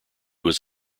was